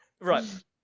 Right